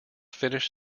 finish